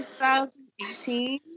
2018